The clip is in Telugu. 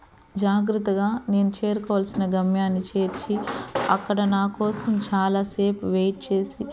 జాగ్రత్తగా నేను చేరుకోవాల్సిన గమ్యాన్ని చేర్చి అక్కడ నా కోసం చాలా సేపు వెయిట్ చేసి